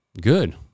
good